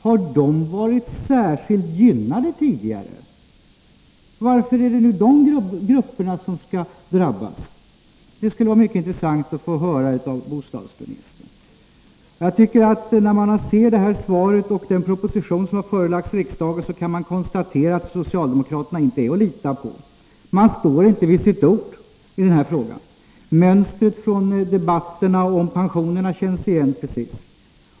Har de varit särskilt gynnade tidigare? Varför skall de grupperna drabbas? Det skulle vara intressant att få en förklaring av bostadsministern. Efter att ha sett det här svaret och den proposition som har förelagts riksdagen kan man konstatera att socialdemokraterna inte är att lita på. De står inte vid sitt ord. Mönstret från debatterna om pensionerna känns igen.